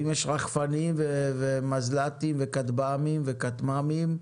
ואם יש רחפנים ומזל"טים וכטב"מים וכטמ"מים,